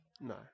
No